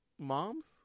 Moms